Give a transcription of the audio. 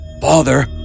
Father